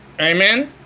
Amen